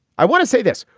i want to say this,